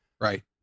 Right